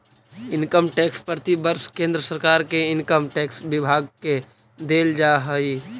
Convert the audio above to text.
income tax प्रतिवर्ष केंद्र सरकार के इनकम टैक्स विभाग के देल जा हई